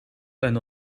zijn